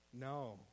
No